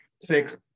Six